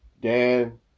Dan